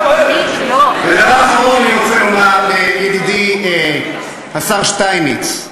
ודבר אחרון אני רוצה לומר לידידי השר שטייניץ: